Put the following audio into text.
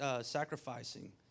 sacrificing